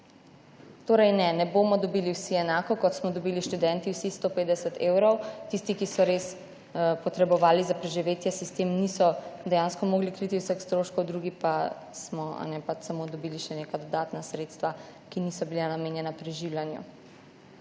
Torej ne, ne bomo dobili vsi enako, kot smo dobili študenti, vsi 150 evrov. Tisti, ki so res potrebovali za preživetje, si s tem niso dejansko mogli kriti vseh stroškov, drugi pa smo pač samo dobili še neka dodatna sredstva, ki niso bila namenjena preživljanju.